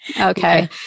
Okay